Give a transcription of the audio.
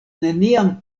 neniam